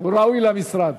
הוא ראוי למשרד.